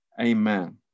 Amen